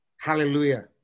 Hallelujah